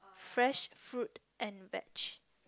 fresh fruit and veg